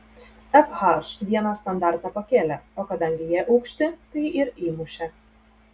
fh vieną standartą pakėlė o kadangi jie aukšti tai ir įmušė